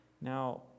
Now